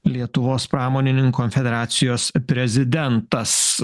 lietuvos pramonininkų konfederacijos prezidentas